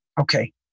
okay